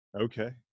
Okay